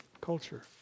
culture